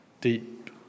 deep